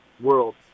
world